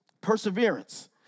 perseverance